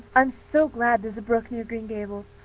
i'm so glad there's a brook near green gables.